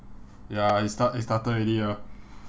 ya it start it started already ah